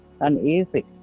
uneasy